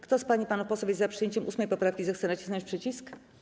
Kto z pań i panów posłów jest za przyjęciem 8. poprawki, zechce nacisnąć przycisk.